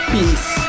Peace